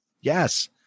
Yes